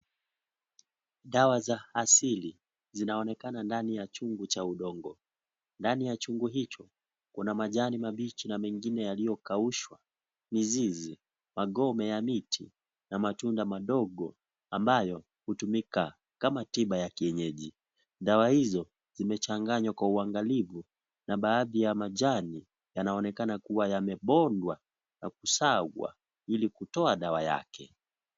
Dawa za asili zinaonekana ndai ya chungu cha udongo. Ndani ya chungu hicho kuna majani mabichi na mengine yaliyokaushwa ,mizizi ,magome ya miti na matunda madogo amabyo hutumika kama tiba ya kienyeji , dawa hizo zimechanganywa kwa uangalifu na baadhi ya majani yanaonekana kuwa yamebondwa na kusagwa ili kutoa dawa yake.